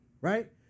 right